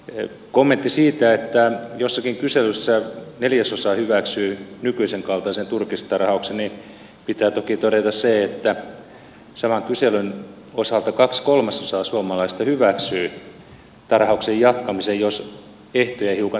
kommenttiin siitä että jossakin kyselyssä neljäsosa hyväksyy nykyisen kaltaisen turkistarhauksen pitää toki todeta se että saman kyselyn osalta kaksi kolmasosaa suomalaisista hyväksyy tarhauksen jatkamisen jos ehtoja hiukan tiukennetaan